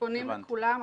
פונים לכולם.